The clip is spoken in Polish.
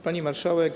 Pani Marszałek!